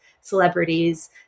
celebrities